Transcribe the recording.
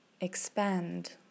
expand